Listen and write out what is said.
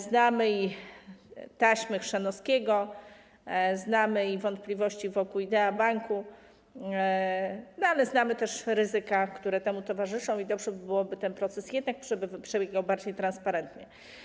Znamy i taśmy Chrzanowskiego, znamy i wątpliwości wokół Idea Banku, ale znamy też ryzyka, które temu towarzyszą, i dobrze by było, by ten proces jednak przebiegał bardziej transparentnie.